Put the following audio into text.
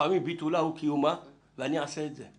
לפעמים ביטולה הוא קיומה, ואני אעשה את זה.